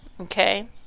okay